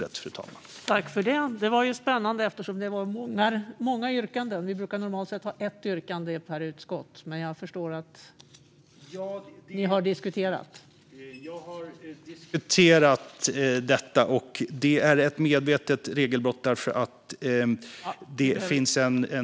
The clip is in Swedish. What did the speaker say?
Det är ett medvetet regelbrott därför att det finns en så kallad falsk majoritet i utskottet.